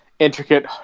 intricate